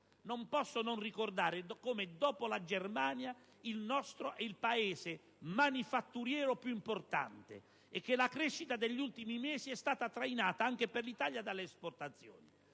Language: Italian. Non posso non ricordare come, dopo la Germania, il nostro è il Paese manifatturiero più importante in Europa e che la crescita degli ultimi mesi è stata trainata anche per l'Italia dalle esportazioni;